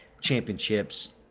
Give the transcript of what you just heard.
championships